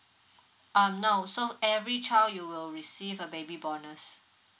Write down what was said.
um no so every child you will receive a baby bonus